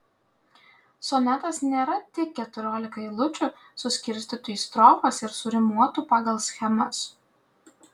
sonetas nėra tik keturiolika eilučių suskirstytų į strofas ir surimuotų pagal schemas